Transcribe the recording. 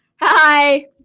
hi